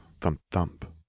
thump-thump